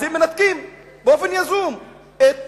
הם מנתקים באופן יזום את